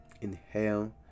Inhale